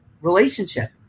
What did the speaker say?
relationship